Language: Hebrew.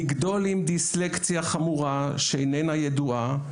לגדול עם דיסלקציה חמורה שאיננה ידועה,